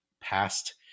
past